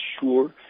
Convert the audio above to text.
sure